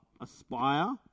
aspire